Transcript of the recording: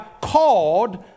called